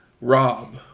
Rob